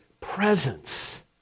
presence